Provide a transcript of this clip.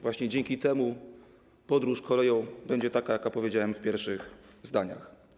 Właśnie dzięki temu podróż koleją będzie taka, jaka powiedziałem w pierwszych zdaniach.